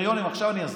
עכשיו אני אסביר.